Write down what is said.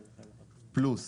ובנוסף,